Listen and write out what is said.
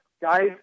guys